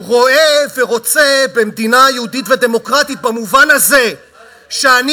רואה ורוצה במדינה יהודית ודמוקרטית במובן הזה שאני